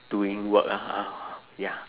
doing work lah ah ya